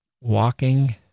walking